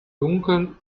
dunkeln